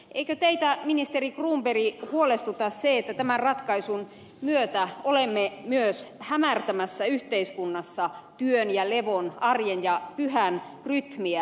eikö teitä ministeri cronberg huolestuta se että tämän ratkaisun myötä olemme myös hämärtämässä yhteiskunnassa työn ja levon arjen ja pyhän rytmiä